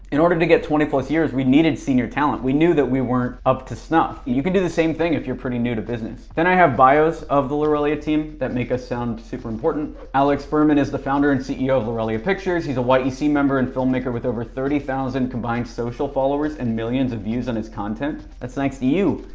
in order to get twenty plus years we needed senior talent, we knew that we weren't up to snuff, you can do the same thing if you're pretty new to business. then i have bios of the lorelia team that make us sound super important. alex berman is the founder and ceo of lorelia pictures. he's a yec member and filmmaker with over thirty thousand combined social followers and millions of views on his content. that's thanks to you,